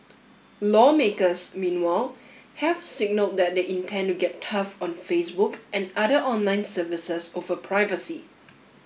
lawmakers meanwhile have signalled that they intend to get tough on Facebook and other online services over privacy